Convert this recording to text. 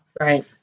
Right